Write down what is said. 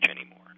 anymore